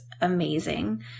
amazing